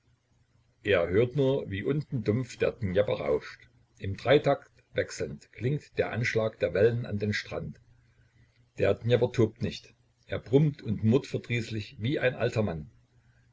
er hört nur wie unten dumpf der dnjepr rauscht im dreitakt wechselnd klingt der anschlag der wellen an den strand der dnjepr tobt nicht er brummt und murrt verdrießlich wie ein alter mann